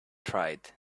tried